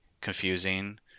confusing